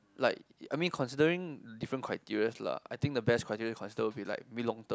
like I mean considering different criteria lah I think the best criteria is consider like maybe long term